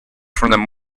from